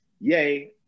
yay